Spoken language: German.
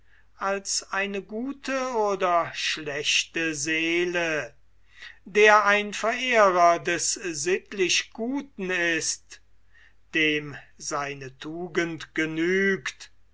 als eine gute oder schlechte seele der ein verehrer des sittlichguten ist dem seine tugend genügt